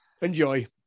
Enjoy